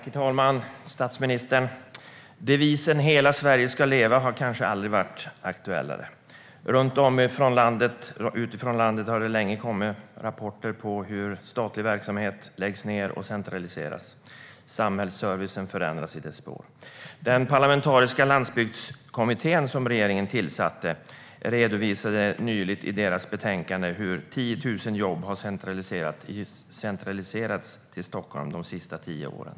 Herr talman! Statsministern! Devisen "Hela Sverige ska leva" har kanske aldrig varit mer aktuell. Från runt om i landet har det länge kommit rapporter om hur statlig verksamhet läggs ned och centraliseras. Samhällsservicen förändras i dess spår. Den parlamentariska landsbygdskommittén som regeringen tillsatte redovisade nyligen i sitt betänkande att 10 000 jobb har centraliserats till Stockholm de senaste tio åren.